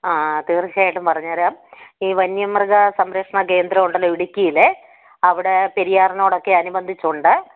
ആ തീർച്ചയായിട്ടും പറഞ്ഞുതരാം ഈ വന്യമൃഗ സംരക്ഷണ കേന്ദ്രം ഉണ്ടല്ലോ ഇടുക്കിയിലെ അവിടെ പെരിയാറീനോടൊക്കെ അനുബന്ധിച്ചുണ്ട്